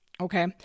Okay